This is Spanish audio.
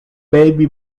baby